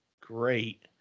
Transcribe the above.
great